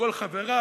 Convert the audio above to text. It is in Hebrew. מכל חבריו,